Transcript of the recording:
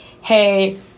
hey